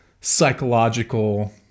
psychological